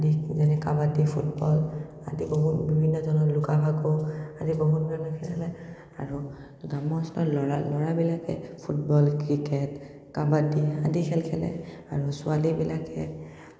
যেনে কাবাডী ফুটবল আহি বহুত বিভিন্ন ধৰণৰ লুকা ভাকু আদি বহুত আৰু গ্ৰাম্য়ঞ্চলৰ ল'ৰা ল'ৰাবিলাকে ফুটবল ক্ৰিকেট কাবাডী আদি খেল খেলে আৰু ছোৱালীবিলাকে